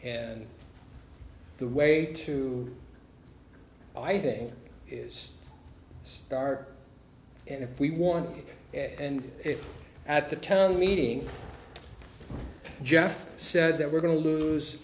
and the way to i think is stark and if we want it and if at the town meeting jeff said that we're going to lose